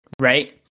Right